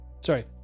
Sorry